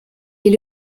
est